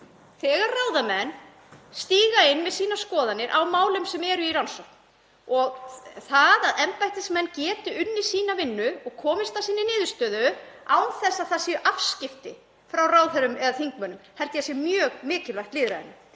þegar ráðamenn stíga inn með sínar skoðanir á málum sem eru í rannsókn. Það að embættismenn geti unnið sína vinnu og komist að sinni niðurstöðu án þess að það séu afskipti frá ráðherrum eða þingmönnum held ég að sé mjög mikilvægt lýðræðinu.